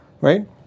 Right